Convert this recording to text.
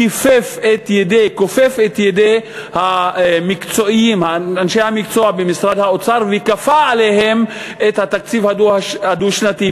כופף את ידי אנשי המקצוע במשרד האוצר וכפה עליהם את התקציב הדו-שנתי.